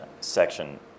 section